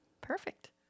Perfect